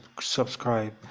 subscribe